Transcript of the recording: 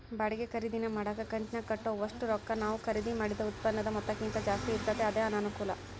ಬಾಡಿಗೆ ಖರೀದಿನ ಮಾಡಕ ಕಂತಿನಾಗ ಕಟ್ಟೋ ಒಷ್ಟು ರೊಕ್ಕ ನಾವು ಖರೀದಿ ಮಾಡಿದ ಉತ್ಪನ್ನುದ ಮೊತ್ತಕ್ಕಿಂತ ಜಾಸ್ತಿ ಇರ್ತತೆ ಅದೇ ಅನಾನುಕೂಲ